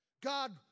God